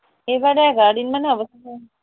এইবাৰো এঘাৰ দিন মানে হ'ব চাগে